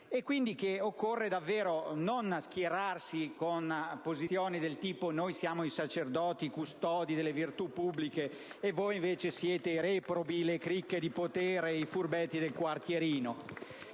agli altri. Occorre quindi non schierarsi con posizioni del tipo «noi siamo i sacerdoti, i custodi delle virtù pubbliche e voi invece siete reprobi, cricche di potere, furbetti del quartierino».